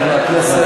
חברי חברי הכנסת,